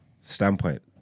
standpoint